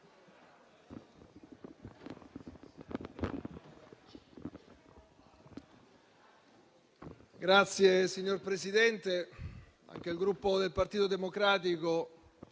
Signor Presidente, anche il Gruppo Partito Democratico